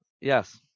yes